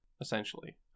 essentially